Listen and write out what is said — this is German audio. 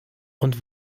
und